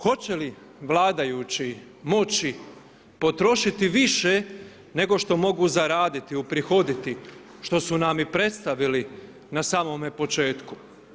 Hoće li vladajući moći potrošiti više, nego što mogu zaraditi, uprihoditi, što nam i predstavili na samome početku.